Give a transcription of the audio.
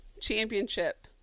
championship